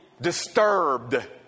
disturbed